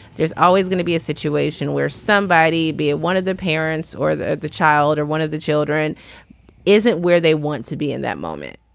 there's always going to be a situation where somebody be at one of their parents or the the child or one of the children isn't where they want to be in that moment.